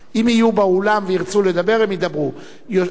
המסתייג נמצא באולם ורוצה לדבר.